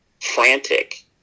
frantic